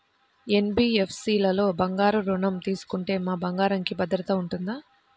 NBFC లలో బంగారు ఋణం తీసుకుంటే మా బంగారంకి భద్రత ఉంటుందా?